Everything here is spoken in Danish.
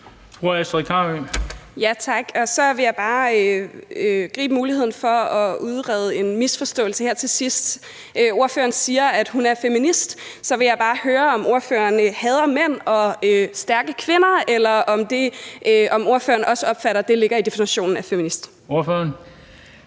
Astrid Carøe (SF): Tak. Så vil jeg bare gribe muligheden for at udrede en misforståelse her til sidst. Ordføreren siger, at hun er feminist. Så vil jeg bare høre, om ordføreren hader mænd og stærke kvinder, eller om ordføreren også opfatter, at det ligger i definitionen af feminist. Kl.